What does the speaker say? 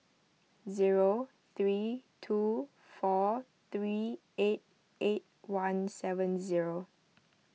zero three two four three eight eight one seven zero